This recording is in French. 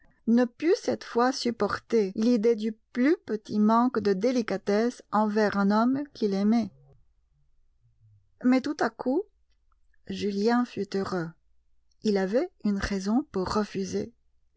ne put cette fois supporter l'idée du plus petit manque de délicatesse envers un homme qui l'aimait mais tout à coup julien fut heureux il avait une raison pour refuser